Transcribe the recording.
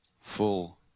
full